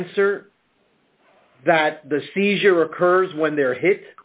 answer that the seizure occurs when they're hit